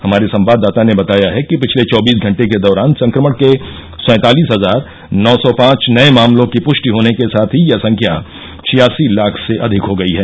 हमारे संवाददाता ने बताया है कि पिछले चौबीस घंटे के दौरान संक्रमण के सँतालिस हजार नौ सौ पांच नये मामलों की प्ष्टि होने के साथ ही यह संख्या छियासी लाख से अधिक हो गई है